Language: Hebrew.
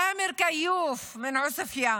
תאמר כיוף מעוספיא,